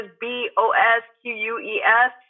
B-O-S-Q-U-E-S